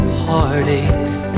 heartaches